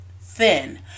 thin